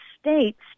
states